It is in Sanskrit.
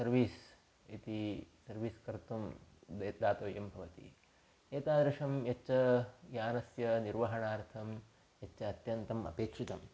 सर्वीस् इति सर्वीस् कर्तुं यद् दातव्यं भवति एतादृशं यच्च यानस्य निर्वहणार्थं यच्च अत्यन्तम् अपेक्षितं